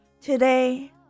today